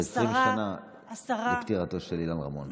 20 שנה לפטירתו של אילן רמון.